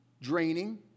draining